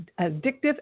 addictive